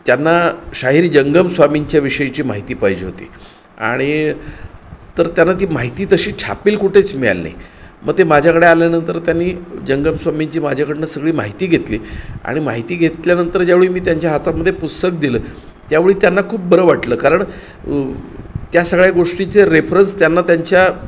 त्यांना शाहिरी जंगमस्वामींच्या विषयीची माहिती पाहिजे होती आणि तर त्यांना ती माहिती तशी छापील कुठेच मिळाली नाही मग ते माझ्याकडे आल्यानंतर त्यांनी जंगमस्वामींची माझ्याकडून सगळी माहिती घेतली आणि माहिती घेतल्यानंतर ज्यावेळी मी त्यांच्या हातामध्ये पुस्तक दिलं त्यावेळी त्यांना खूप बरं वाटलं कारण त्या सगळ्या गोष्टीचे रेफरन्स त्यांना त्यांच्या